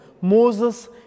Moses